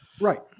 Right